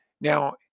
Now